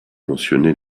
mentionner